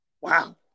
Wow